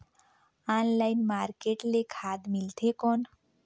Online market ले खाद मिलथे कौन?